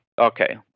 okay